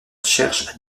cherche